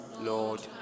Lord